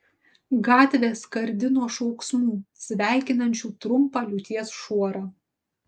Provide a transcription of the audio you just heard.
gatvė skardi nuo šauksmų sveikinančių trumpą liūties šuorą